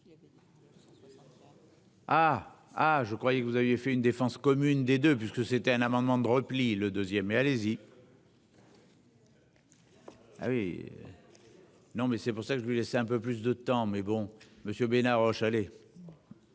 Âge. Je croyais que vous aviez fait une défense commune des deux puisque c'était un amendement de repli le deuxième mais allez-y. Ah oui. Non mais c'est pour ça que je lui laisser un peu plus de temps mais bon. Monsieur Bénard au chalet.